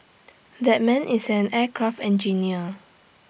that man is an aircraft engineer